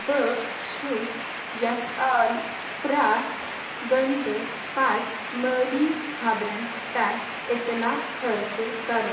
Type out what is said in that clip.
بہٕ چھُس یژھان پرٛٮ۪تھ گنٛٹہٕ پتہٕ مٲلی خبرن پیٹھ اطلاع حٲصل کرُن